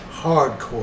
hardcore